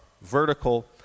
Vertical